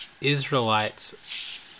Israelites